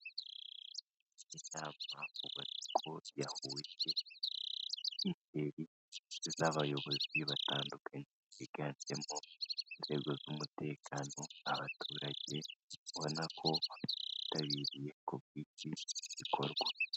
Inama ubona ko yahuye n'ingeri z'abayobozi batandukanye biganjemo inzego z'umutekano, abaturage ubona ko bitabiriye ko bw'iki bikorwa.